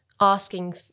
asking